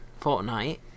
Fortnite